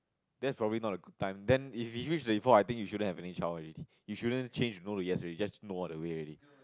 that's probably not a good time then if you reach thirty four I think you shouldn't have any child already you shouldn't change no to yes just no all the way already